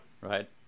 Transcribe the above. right